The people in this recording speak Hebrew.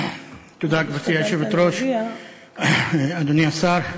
גברתי היושבת-ראש, תודה, אדוני השר,